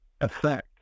effect